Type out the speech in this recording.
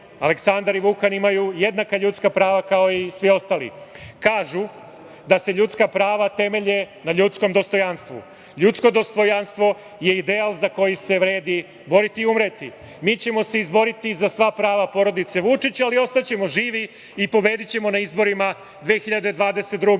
Aleksandar i Vukan imaju jednaka ljudska prava kao i svi ostali. Kažu da se ljudska prava temelje na ljudskom dostojanstvu. Ljudsko dostojanstvo je ideal za koji se vredi boriti i umreti. Mi ćemo se izboriti za sva prava porodice Vučić, ali ostaćemo živi i pobedićemo na izborima 2022.